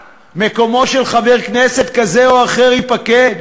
מקומו של חבר כנסת כזה או אחר ייפקד.